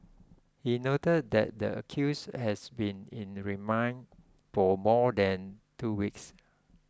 he noted that the accused has been in the remand for more than two weeks